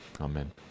Amen